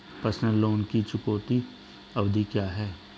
Personal loan की चुकौती अवधि क्या है?